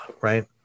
right